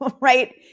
right